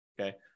okay